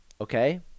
Okay